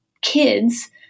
kids